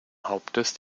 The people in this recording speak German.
hauptes